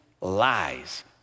lies